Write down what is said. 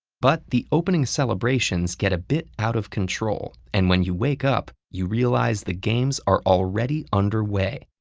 but the opening celebrations get a bit out of control, and when you wake up, you realize the games are already underway.